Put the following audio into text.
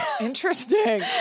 Interesting